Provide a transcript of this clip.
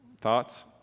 Thoughts